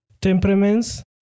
temperaments